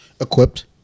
equipped